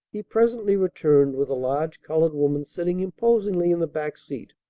he presently returned with a large colored woman sitting imposingly in the back seat,